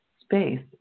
space